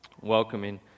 welcoming